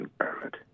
environment